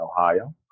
Ohio